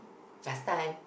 first time